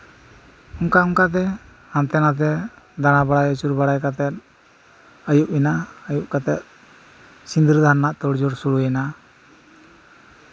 ᱚᱱᱠᱟ ᱚᱱᱠᱟᱛᱮ ᱦᱟᱱᱛᱮ ᱱᱟᱛᱮ ᱫᱟᱬᱟ ᱵᱟᱲᱟᱭ ᱟᱹᱪᱩᱨ ᱵᱟᱲᱟᱭ ᱠᱟᱛᱮᱫ ᱟᱹᱭᱩᱵᱽ ᱮᱱᱟ ᱟᱹᱭᱩᱵᱽ ᱠᱟᱛᱮᱫ ᱥᱤᱸᱫᱽᱨᱟᱹ ᱫᱟᱱ ᱨᱮᱭᱟᱜ ᱛᱳᱲ ᱡᱳᱲ ᱥᱩᱨᱩ ᱭᱮᱱᱟ